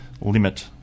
Limit